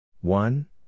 one